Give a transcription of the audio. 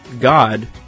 God